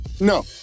No